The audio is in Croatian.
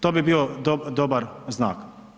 To bi bio dobar znak.